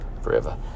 forever